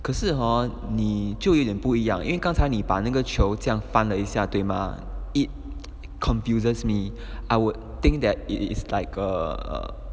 可是 hor 你就有点不一样因为刚才你把那个球这样翻了一下对 mah it confuses me I would think that it is like err